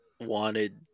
wanted